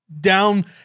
down